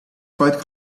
fight